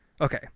Okay